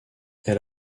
elle